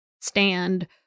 stand